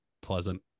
pleasant